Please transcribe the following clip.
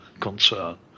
concern